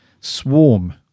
swarm